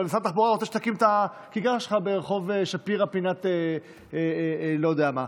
אבל משרד התחבורה רוצה שתקים את הכיכר שלך ברחוב שפירא פינת לא יודע מה,